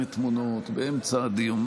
מצלמת תמונות באמצע הדיון.